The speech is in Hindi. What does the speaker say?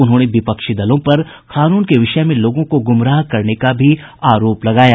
उन्होंने विपक्षी दलों पर कानून के विषय में लोगों को गुमराह करने का भी आरोप लगाया